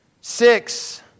Six